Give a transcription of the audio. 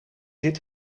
dit